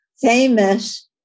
famous